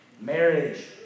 Marriage